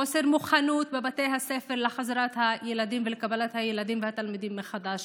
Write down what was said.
חוסר מוכנות לחזרת הילדים ולקבלת הילדים והתלמידים מחדש